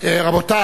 רבותי,